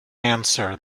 answer